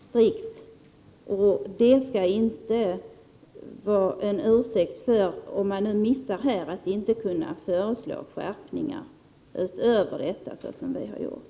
Men det får inte vara en ursäkt för att man har missat att föreslå skärpningar utöver vad som redan har gjorts.